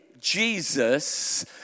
Jesus